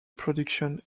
production